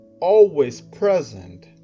always-present